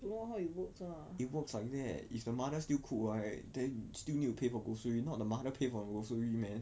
it works like that if the mother still cook right then still need to pay for grocery not the mother pay for grocery man